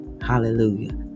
hallelujah